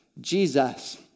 Jesus